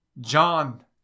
John